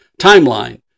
timeline